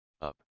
up